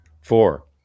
Four